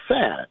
sad